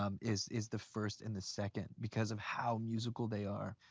um, is is the first and the second because of how musical they are.